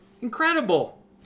Incredible